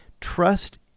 trust